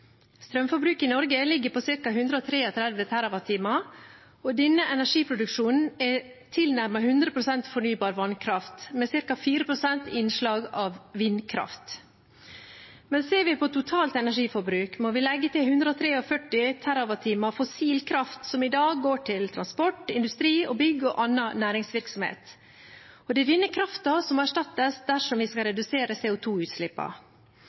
Strømforbruket i Norge ligger på ca. 133 TWh. Denne energiproduksjonen er tilnærmet 100 pst. fornybar vannkraft, med ca. 4 pst. innslag av vindkraft. Men ser vi på totalt energiforbruk, må vi legge til 143 TWh fossil kraft som i dag går til transport, industri, bygg og annen næringsvirksomhet. Det er denne kraften som må erstattes dersom vi skal